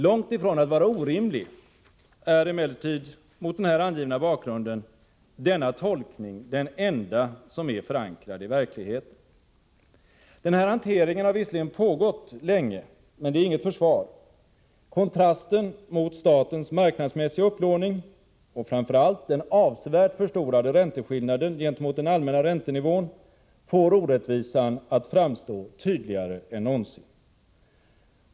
Långt ifrån att vara orimlig är emellertid, mot denna angivna bakgrund, denna tolkning den enda som är förankrad i verkligheten. Denna hantering har visserligen pågått länge, men det är inget försvar. Kontrasten mot statens marknadsmässiga upplåning och framför allt den avsevärt förstorade ränteskillnaden gentemot den allmänna räntenivån får orättvisan att framstå tydligare än någonsin.